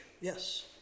Yes